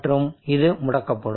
மற்றும் இது முடக்கப்படும்